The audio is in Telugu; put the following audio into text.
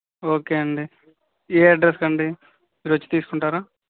ఓకే అండి ఏ అడ్రస్కి అండి మీరొచ్చి తీసుకుంటారా